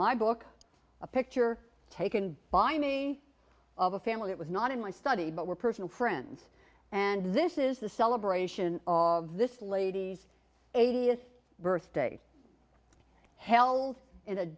my book a picture taken by me of a family that was not in my study but were personal friends and this is the celebration of this lady's eightieth birthday held in a